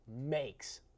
makes